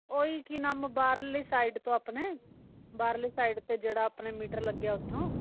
ਉਹੀ ਕੀ ਨਾਮ ਬਾਹਰਲੀ ਸਾਈਡ ਤੋਂ ਆਪਣੇ ਬਾਹਰਲੀ ਸਾਈਡ 'ਤੇ ਜਿਹੜਾ ਆਪਣੇ ਮੀਟਰ ਲੱਗਿਆ ਉੱਥੋਂ